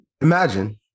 imagine